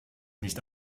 nicht